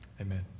amen